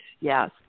Yes